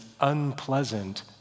unpleasant